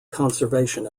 conservation